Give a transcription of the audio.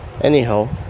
Anyhow